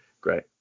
Great